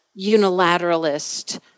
unilateralist